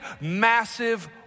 massive